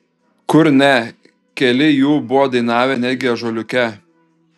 kur ne keli jų buvo dainavę netgi ąžuoliuke